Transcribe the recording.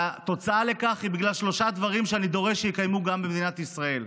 התוצאה הזאת היא בגלל שלושה דברים שאני דורש שיקיימו גם במדינת ישראל: